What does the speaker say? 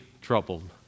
troubled